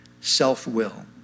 self-will